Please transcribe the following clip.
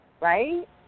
Right